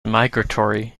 migratory